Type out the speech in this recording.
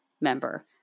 member